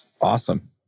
Awesome